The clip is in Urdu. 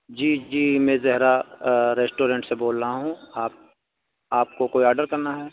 جی جی میں زہرا ریسٹورنٹ سے بول رہا ہوں آپ آپ کو کوئی آڈر کرنا ہے